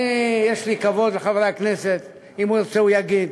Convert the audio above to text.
יש לי כבוד לחברי הכנסת, אם הוא ירצה הוא יגיד.